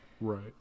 Right